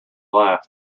laugh